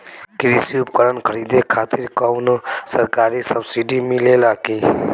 कृषी उपकरण खरीदे खातिर कउनो सरकारी सब्सीडी मिलेला की?